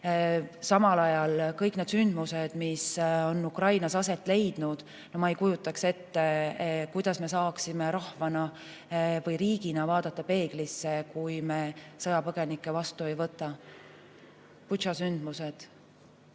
Samal ajal kõik need sündmused, mis on Ukrainas aset leidnud – no ma ei kujuta ette, kuidas me saaksime rahva või riigina vaadata peeglisse, kui me sõjapõgenikke vastu ei võtaks. Butša sündmused.